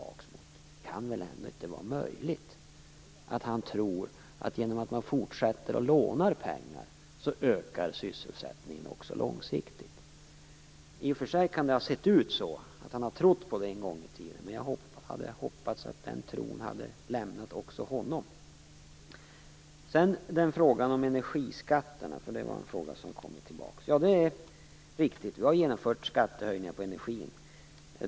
Det kan väl ändå inte vara möjligt att han tror att man genom att fortsätta låna pengar kan öka sysselsättningen på lång sikt? I och för sig kan han ha trott på det en gång i tiden, men jag hade hoppats att den tron hade lämnat också honom. Frågan om energiskatterna kommer tillbaka. Det är riktigt att vi har genomfört skattehöjningar på energi.